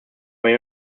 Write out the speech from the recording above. way